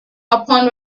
upon